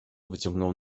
wyciągnął